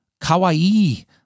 kawaii